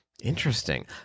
interesting